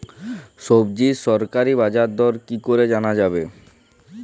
সবজির সরকারি বাজার দর কি করে জানা যাবে?